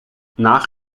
nach